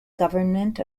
government